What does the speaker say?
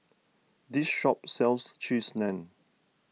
this shop sells Cheese Naan